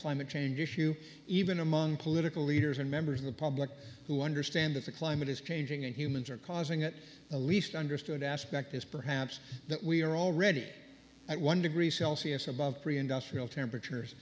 climate change issue even among political leaders and members of the public who understand that the climate is changing and humans are causing it the least understood aspect is perhaps that we are already at one degree celsius above pre industrial temperatures